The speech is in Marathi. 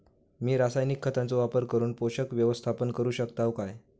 मी रासायनिक खतांचो वापर करून पोषक व्यवस्थापन करू शकताव काय?